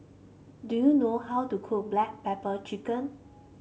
do you know how to cook Black Pepper Chicken